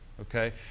Okay